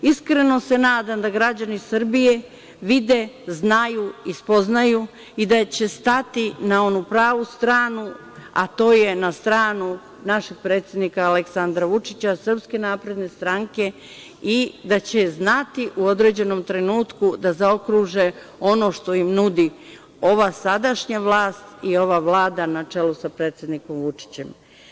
Iskreno se nadam da građani Srbije vide, znaju i spoznaju i da će stati na onu pravu stranu, a to je na stranu našeg predsednika Aleksandra Vučića, SNS i da će znati u određenom trenutku da zaokruže ono što im nudi ova sadašnja vlast i ova Vlada na čelu sa predsednikom Vučićem.